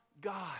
God